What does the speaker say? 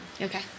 Okay